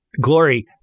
Glory